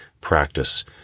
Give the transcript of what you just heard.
practice